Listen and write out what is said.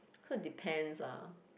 so it depends ah